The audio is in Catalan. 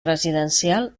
residencial